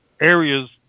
areas